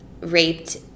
raped